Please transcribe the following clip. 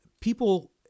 people